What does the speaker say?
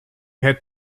had